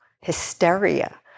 hysteria